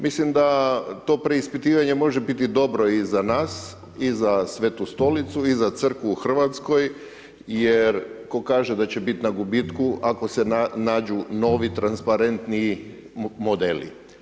Mislim da to preispitivanje može biti dobro i za nas i za Svetu Stolicu i za crkvu u Hrvatskoj jer ko kaže da će biti na gubitku ako se nađu novi transparentniji modeli.